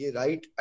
right